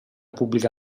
pubblica